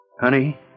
Honey